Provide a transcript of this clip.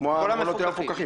כל המפוקחים.